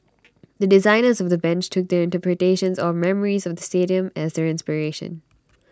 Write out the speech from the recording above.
the designers of the bench took their interpretations or memories of the stadium as their inspiration